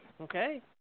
Okay